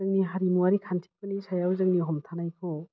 जोंनि हारिमुवारि खान्थिफोरनि सायाव जोंनि हमथानायखौ